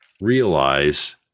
realize